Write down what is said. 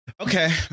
Okay